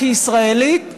כישראלית,